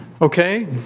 Okay